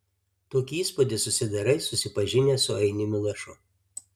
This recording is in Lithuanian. tokį įspūdį susidarai susipažinęs su ainiumi lašu